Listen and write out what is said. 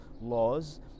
laws